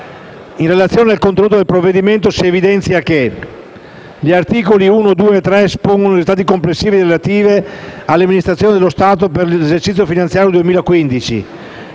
In relazione al contenuto del provvedimento, si evidenzia che gli articoli 1, 2 e 3 espongono i risultati complessivi relativi alle amministrazioni dello Stato per l'esercizio finanziario 2015